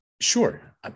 Sure